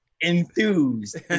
Enthused